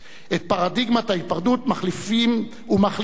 את פרדיגמת ההיפרדות מחליפים ומחליפה,